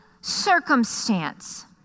circumstance